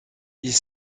ils